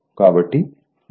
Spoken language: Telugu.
01 ½ కాబట్టి 0